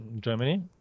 Germany